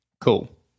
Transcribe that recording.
Cool